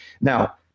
Now